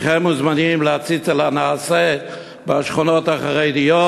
הנכם מוזמנים להציץ בנעשה בשכונות החרדיות,